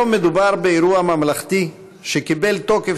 היום מדובר באירוע ממלכתי שקיבל תוקף